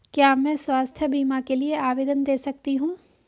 क्या मैं स्वास्थ्य बीमा के लिए आवेदन दे सकती हूँ?